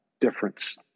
difference